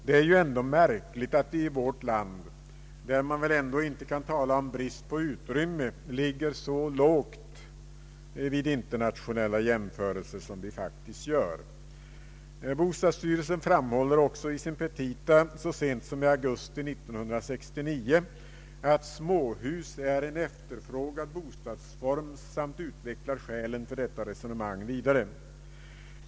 Det är ju ändå märkligt att vi i vårt land, där man väl ändå inte kan tala om brist på utrymme, ligger så lågt vid internationella jämförelser som vi faktiskt gör. Bostadsstyrelsen framhåller också i sina petita så sent som i augusti 1969 att småhus är en efterfrågad bostadsform samt utvecklar skälen för dessa resonemang vidare.